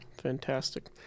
Fantastic